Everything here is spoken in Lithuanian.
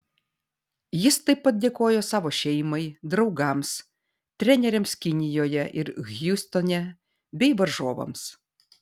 jis taip pat dėkojo savo šeimai draugams treneriams kinijoje ir hjustone bei varžovams